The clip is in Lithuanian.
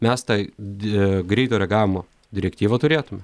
mes tą dvi greito reagavimo direktyvą turėtume